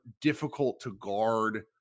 difficult-to-guard